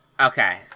Okay